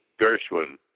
Gershwin